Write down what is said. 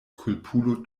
kulpulo